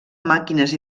màquines